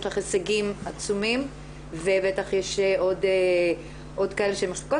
יש לך הישגים עצומים ובטח יש עוד כאלה שמחכים.